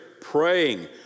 praying